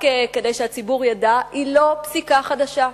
רק כדי שהציבור ידע, היא לא פסיקה חדשה.